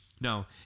No